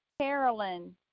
Carolyn